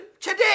today